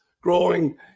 growing